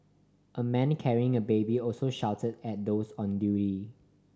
a man carrying a baby also shouted at those on duty